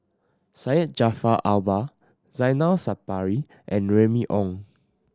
Syed Jaafar Albar Zainal Sapari and Remy Ong